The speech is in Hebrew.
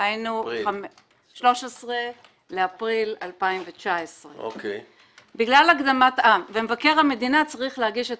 ב-13 באפריל 2019. ומבקר המדינה צריך להגיש את